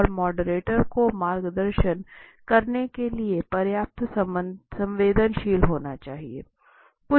और मॉडरेटर को मार्गदर्शन करने के लिए पर्याप्त संवेदनशील होना चाहिए